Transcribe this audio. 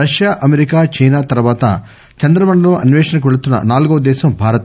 Russia America China తర్వాత చంద్రమండలం అన్వేషణకు వెళ్తున్న నాల్గవ దేశం భారత్